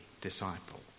disciple